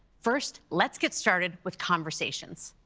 first, let's get started with conversations.